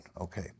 Okay